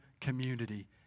community